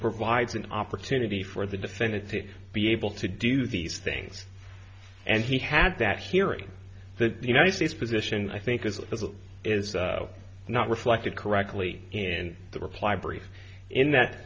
provides an opportunity for the defendant to be able to do these things and he had that hearing the united states position i think is as is not reflected correctly and the reply brief in that